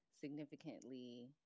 significantly